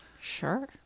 Sure